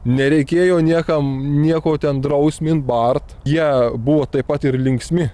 nereikėjo niekam nieko ten drausmint bart jie buvo taip pat ir linksmi